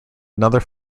another